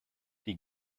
die